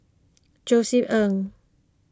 Josef Ng